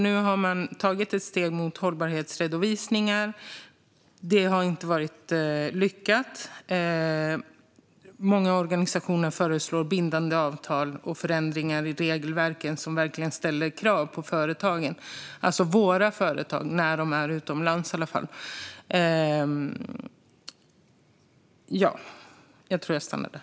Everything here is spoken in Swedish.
Nu har man tagit ett steg mot hållbarhetsredovisningar; det har inte varit lyckat. Många organisationer föreslår bindande avtal och förändringar i regelverken som verkligen ställer krav på företagen - alltså på våra företag, i alla fall när de är utomlands.